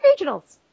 regionals